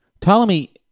Ptolemy